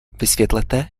vysvětlete